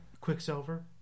Quicksilver